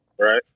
Right